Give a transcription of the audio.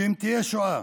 אם תהיה שואה